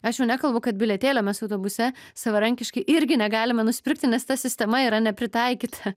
aš jau nekalbu kad bilietėlio mes autobuse savarankiškai irgi negalime nusipirkti nes ta sistema yra nepritaikyta